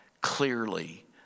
clearly